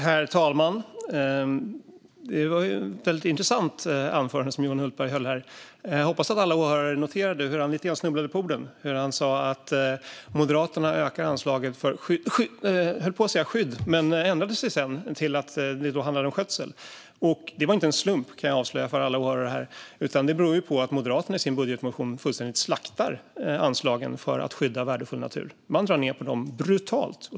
Herr talman! Det var ett väldigt intressant anförande Johan Hultberg höll här. Jag hoppas att alla åhörare noterade hur han snubblade lite grann på orden. Han sa att Moderaterna ökar anslagen till skydd. Sedan ändrade han sig till att det handlar om skötsel. Det var inte en slump, kan jag avslöja för alla åhörare här, utan det beror på att Moderaterna i sin budgetmotion fullständigt slaktar anslagen för att skydda värdefull natur. Man drar ned på dem brutalt.